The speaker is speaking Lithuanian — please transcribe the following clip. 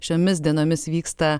šiomis dienomis vyksta